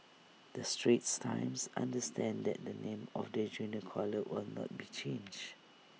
the straits times understands that the name of the junior college will not be changed